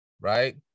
right